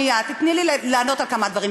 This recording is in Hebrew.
לא, שנייה, תני לי לענות על כמה דברים.